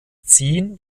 ziehen